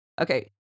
Okay